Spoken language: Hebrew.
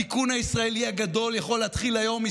התיקון הישראלי הגדול יכול להתחיל היום.